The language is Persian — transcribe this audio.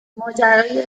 ماجرای